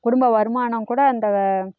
குடும்ப வருமானம் கூட அந்த